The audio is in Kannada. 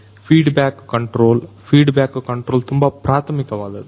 feed back control feedback control ತುಂಬಾ ಪ್ರಾಥಮಿಕ ವಾದದ್ದು